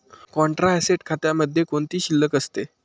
Contra asset खात्यामध्ये कोणती शिल्लक असते?